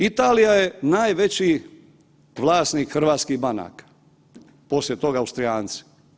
Italija je najveći vlasnik hrvatskih banka, poslije toga Austrijanci.